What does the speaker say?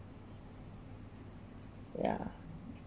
yeah